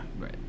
right